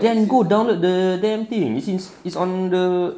then go download the damn thing it's it's on the